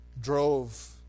drove